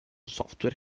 software